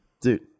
Dude